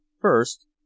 first